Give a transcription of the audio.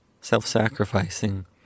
self-sacrificing